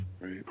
right